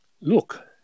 Look